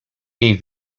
jej